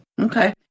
Okay